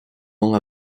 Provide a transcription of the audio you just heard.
ans